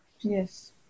Yes